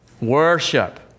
Worship